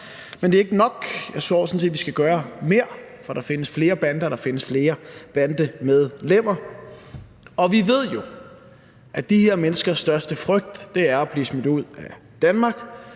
Jeg tror sådan set, at vi skal gøre mere, for der findes flere bander, og der findes flere bandemedlemmer, og vi ved jo, at de her menneskers største frygt er at blive smidt ud af Danmark.